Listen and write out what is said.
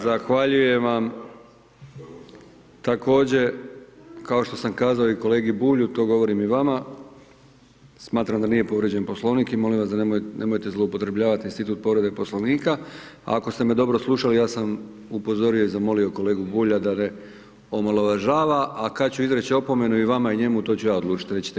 Zahvaljujem vam također kao što sam kazao i kolegi Bulju, to govorim i vama, smatram da nije povrijeđen poslovnik i molim vas, nemojte zloupotrebljavati institut povrede poslovnika, ako ste me dobro slušali ja sam upozorio i zamolio kolegu Bulja da ne omalovažava a kad ću izreć opomenu i vama i njemu to ću ja odlučit, nećete vi.